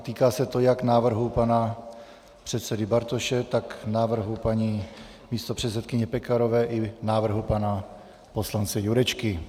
Týká se to jak návrhu pana předsedy Bartoše, tak návrhu paní místopředsedkyně Pekarové, tak návrhu pana poslance Jurečky.